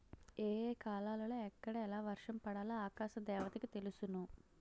ఏ ఏ కాలాలలో ఎక్కడ ఎలా వర్షం పడాలో ఆకాశ దేవతకి తెలుసును